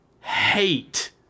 hate